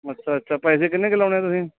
ਅੱਛਾ ਅੱਛਾ ਪੈਸੇ ਕਿੰਨੇ ਕੁ ਲਾਉਣੇ ਤੁਸੀਂ